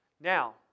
Now